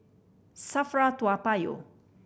SAFRA Toa Payoh